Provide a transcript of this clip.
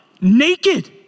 naked